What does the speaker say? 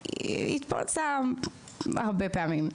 היא התפרצה הרבה פעמים.